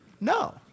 No